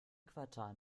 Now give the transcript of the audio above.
quartal